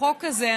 החוק הזה,